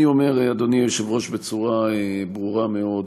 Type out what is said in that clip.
אני אומר, אדוני היושב-ראש, בצורה ברורה מאוד: